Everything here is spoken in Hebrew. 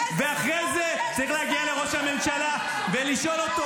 ואחרי זה צריך להגיע לראש הממשלה ולשאול אותו: